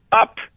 up